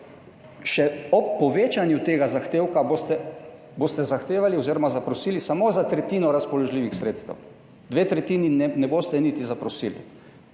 še ob povečanju tega zahtevka zahtevali oziroma zaprosili samo za tretjino razpoložljivih sredstev, za dve tretjini ne boste niti zaprosili.